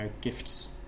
gifts